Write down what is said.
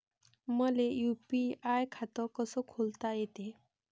मले यू.पी.आय खातं कस खोलता येते?